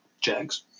Jags